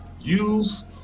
Use